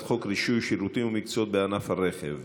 חוק רישוי שירותים ומקצועות בענף הרכב.